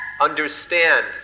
understand